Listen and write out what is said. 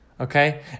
Okay